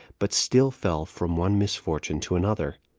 but still fell from one misfortune to another.